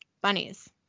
bunnies